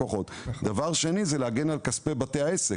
הדבר השני הוא להגן על כספי בתי העסק.